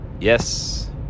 Yes